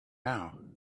now